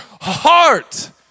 heart